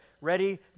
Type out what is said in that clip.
Ready